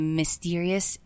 mysterious